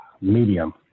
Medium